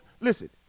Listen